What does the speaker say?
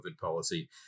policy